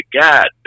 God